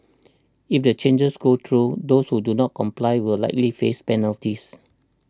if the changes go through those who do not comply will likely face penalties